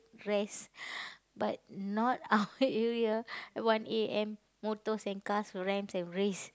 rest but not our area one A_M motors and cars ran and race